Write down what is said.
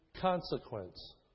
consequence